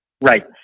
Right